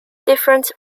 different